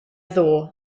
ddoe